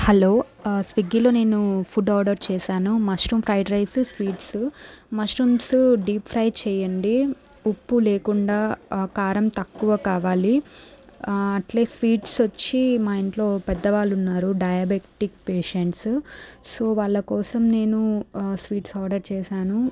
hello స్విగ్గీలో నేను food order చేశాను mushroom fried rice sweets mushrooms deep fry చేయండి ఉప్పు లేకుండా కారం తక్కువ కావాలి అట్లే స్వీట్స్ వచ్చి మా ఇంట్లో పెద్ద వాళ్ళు ఉన్నారు డయాబెటిక్ పేషెంట్స్ సో వాళ్ళ కోసం నేను స్వీట్స్ ఆర్డర్ చేశాను